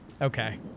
Okay